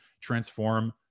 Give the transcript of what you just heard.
transform